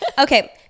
Okay